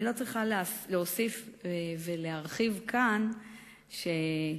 אני לא צריכה להוסיף ולהרחיב כאן שהכבדת